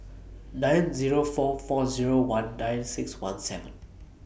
nine Zero four four Zero one nine six one seven